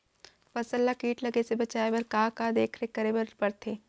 फसल ला किट लगे से बचाए बर, का का देखरेख करे बर परथे?